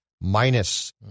minus